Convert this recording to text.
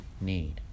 need